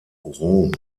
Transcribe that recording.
rom